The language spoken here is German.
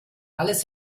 alles